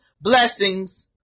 blessings